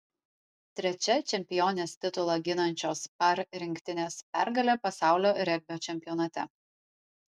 trečia čempionės titulą ginančios par rinktinės pergalė pasaulio regbio čempionate